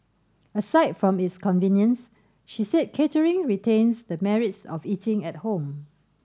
aside from its convenience she said catering retains the merits of eating at home